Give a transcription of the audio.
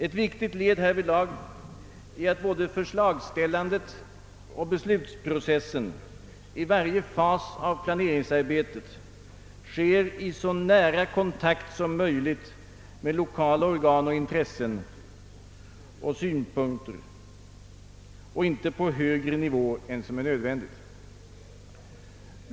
Ett viktigt led härvidlag är att både förslagsställandet och beslutsprocessen i varje fas av planeringsarbetet sker i så nära kontakt som möjligt med lokala organ och intressen och inte på högre nivå än som är nödvändigt.